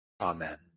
Amen